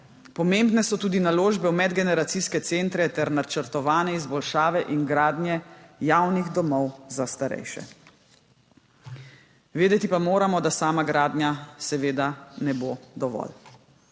Pomembne so tudi naložbe v medgeneracijske centre ter načrtovane izboljšave in gradnje javnih domov za starejše. Vedeti pa moramo, da sama gradnja seveda ne bo dovolj.